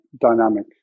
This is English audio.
dynamic